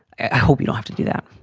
i hope you'll have to do that.